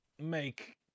make